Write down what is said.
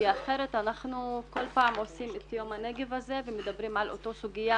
אחרת אנחנו כל פעם עושים את יום הנגב הזה ומדברים על אותה סוגיה